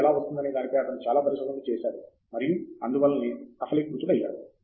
తంగిరాల బంతి ఎలా వస్తుందనే దానిపై అతను చాలా పరిశోధనలు చేశాడు మరియు అందువల్లనే ఆయన సఫలీకృతుడయ్యాడు